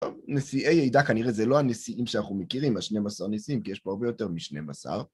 נשיאי עדה כנראה זה לא הנשיאים שאנחנו מכירים, השני עשר נשיאים, כי יש פה הרבה יותר משני עשר.